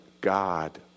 God